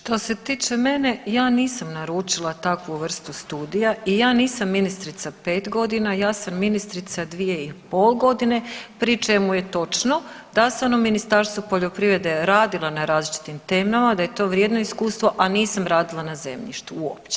Što se tiče mene ja nisam naručila takvu vrstu studija i ja nisam ministrica pet godine, ja sam ministrica dvije i pol godine pri čemu je točno da sam Ministarstvu poljoprivrede radila na različitim temama, da je to vrijedno iskustvo, a nisam radila na zemljištu uopće.